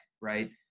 right